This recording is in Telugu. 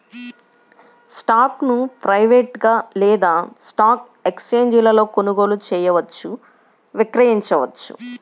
స్టాక్ను ప్రైవేట్గా లేదా స్టాక్ ఎక్స్ఛేంజీలలో కొనుగోలు చేయవచ్చు, విక్రయించవచ్చు